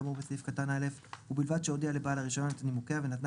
כאמור בסעיף קטן א' ובלבד שהודיע לבעל הרישיון את נימוקיה ונתנה